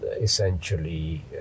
essentially